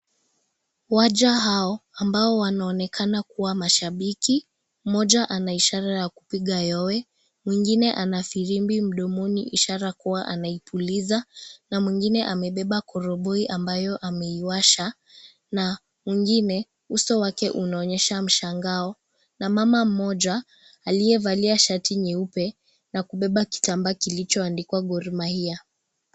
Waja hao ambao wanaonekana kuwa mashabiki. Mmoja ana ishara ya kupiga yowe, mwingine ana firimbi mdomoni, ishara kuwa anaipuliza na mwingine amebeba koroboi ambayo ameiwasha na mwingine uso wake unaonyesha mshangao na Mama mmoja aliyevalia shati nyeupe na kumbeba kitambaa kilichoandikwa "Gormahia".